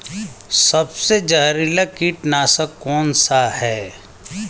सबसे जहरीला कीटनाशक कौन सा है?